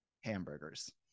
hamburgers